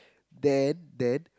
then then